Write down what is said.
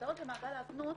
שנמצאות במעגל הזנות,